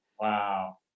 Wow